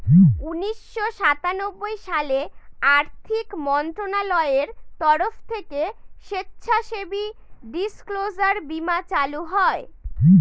উনিশশো সাতানব্বই সালে আর্থিক মন্ত্রণালয়ের তরফ থেকে স্বেচ্ছাসেবী ডিসক্লোজার বীমা চালু হয়